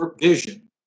vision